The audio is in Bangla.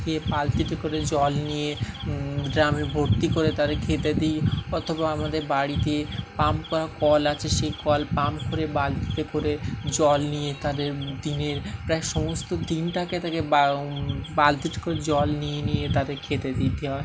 থেকে বালতিতে করে জল নিয়ে ড্রামে ভর্তি করে তাদের খেতে দিই অথবা আমাদের বাড়িতে পাম্প করা কল আছে সেই কল পাম্প করে বালতিতে করে জল নিয়ে তাদের দিনের প্রায় সমস্ত দিনটাকে তাদের বাল বালতিতে করে জল নিয়ে নিয়ে তাদের খেতে দিতে হয়